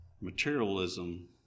materialism